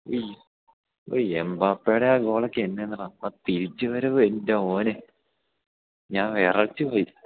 യ്യോ യ്യോ എമ്പാപ്പെയുടെ ആ ഗോളൊക്കെ എന്തായിരുന്നുവെടാ ആ തിരിച്ചുവരവ് എൻ്റെ മോനെ ഞാൻ വിറച്ചുപോയി